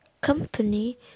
Company